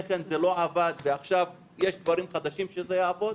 כן זה לא עבד ועכשיו יש דברים חדשים שזה יעבוד?